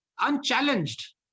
unchallenged